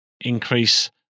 increase